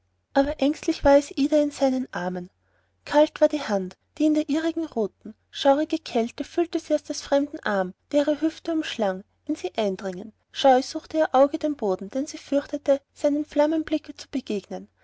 aber ängstlich war es ida in seinen armen kalt war die hand die in der ihrigen ruhte schaurige kälte fühlte sie aus des fremden arm der ihre hüfte umschlang in sie eindringen scheu suchte ihr auge den boden denn sie fürchtete seinem flammenblicke zu begegnen